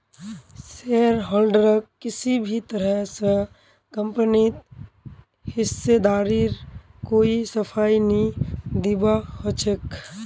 शेयरहोल्डरक किसी भी तरह स कम्पनीत हिस्सेदारीर कोई सफाई नी दीबा ह छेक